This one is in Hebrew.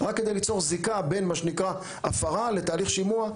רק כדי ליצור זיקה בין מה שנקרא הפרה לבין תהליך שימוע,